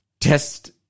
test